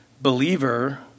believer